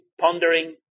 pondering